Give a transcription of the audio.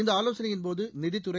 இந்த ஆலோசனையின்போது நிதித்துறை